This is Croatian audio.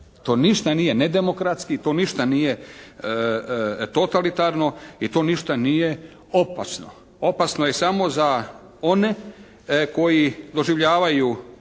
To ništa nije nedemokratski, to ništa nije totalitarno i to ništa nije opasno. Opasno je samo za one koji doživljavaju